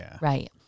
Right